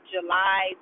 July